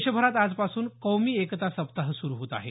देशभरात आजपासून कौमी एकता सप्ताह सुरू होत आहे